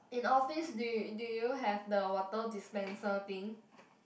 in office do you do you have the water dispenser thing